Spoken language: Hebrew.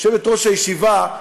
יושבת-ראש הישיבה,